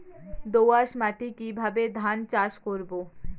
দোয়াস মাটি কিভাবে ধান চাষ করব?